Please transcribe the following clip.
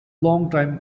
longtime